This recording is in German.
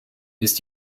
ist